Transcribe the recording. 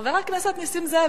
חבר הכנסת נסים זאב,